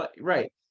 right